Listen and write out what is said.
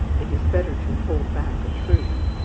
it is better to hold back a truth,